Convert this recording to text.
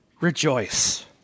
Rejoice